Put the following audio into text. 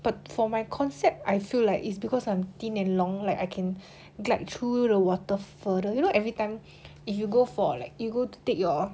but for my concept I feel like it's because I'm thin and long like I can glide through the water further you know every time if you go for like you go to take your